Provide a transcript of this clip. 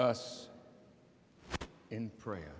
us in prayer